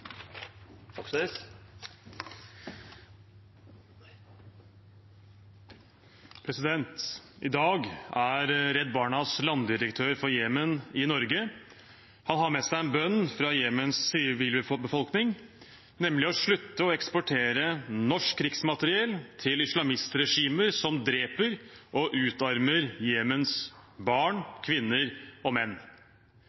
i dag. I dag er Redd Barnas landdirektør for Jemen i Norge. Han har med seg en bønn fra Jemens sivilbefolkning, nemlig å slutte å eksportere norsk krigsmateriell til islamistregimer som dreper og utarmer Jemens barn,